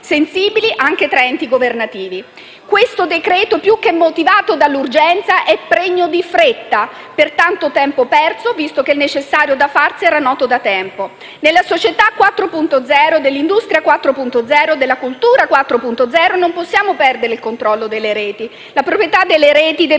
sensibili anche tra enti governativi. Questo decreto-legge, più che motivato dall'urgenza, è pregno di fretta per il tanto tempo perso, visto che il necessario da farsi era noto da tempo. Nella società 4.0, dell'industria 4.0 e della cultura 4.0, non possiamo perdere il controllo delle reti. La proprietà delle reti deve